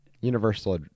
Universal